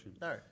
No